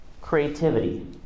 Creativity